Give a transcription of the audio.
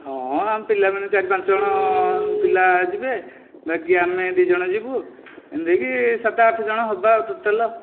ହଁ ଆମେ ପିଲାମାନେ ଚାରି ପାଞ୍ଚ ଜଣ ପିଲା ଯିବେ ବାକି ଆମେ ଦୁଇ ଜଣ ଯିବୁ ଏମିତି ହୋଇକି ସାତ ଆଠ ଜଣ ହେବ ଟୋଟାଲ୍ ଆଉ